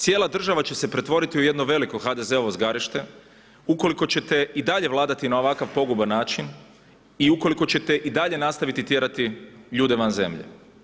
Cijela država će se pretvoriti u jedno veliko HDZ-ovo zgarište ukoliko ćete i dalje vladati na ovakav poguban način i ukoliko ćete i dalje nastaviti tjerati ljude van zemlje.